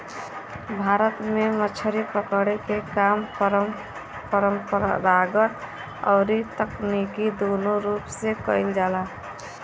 भारत में मछरी पकड़े के काम परंपरागत अउरी तकनीकी दूनो रूप से कईल जाला